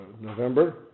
November